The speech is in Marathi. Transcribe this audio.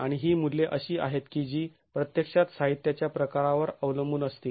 आणि ही मुल्ये अशी आहेत की जी प्रत्यक्षात साहित्याच्या प्रकारावर अवलंबून असतील